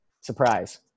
surprise